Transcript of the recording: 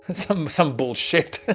some some bullshit. ah